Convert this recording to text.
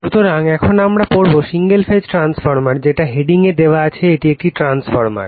সুতরাং এখন আমরা পড়বো সিংগেল ফেজ ট্রান্সফরমার যেটা হেডিং এ দেওয়া আছে এটি একটি ট্রান্সফরমার